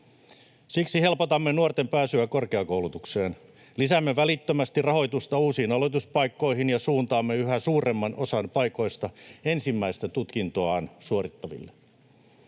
Siksi helpotamme nuorten pääsyä korkeakoulutukseen. Lisäämme välittömästi rahoitusta uusiin aloituspaikkoihin ja suuntaamme yhä suuremman osan paikoista ensimmäistä tutkintoaan suorittaville.